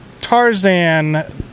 Tarzan